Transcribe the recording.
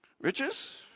Riches